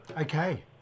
okay